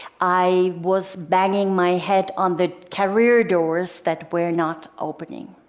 i was banging my head on the career doors that were not opening,